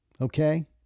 okay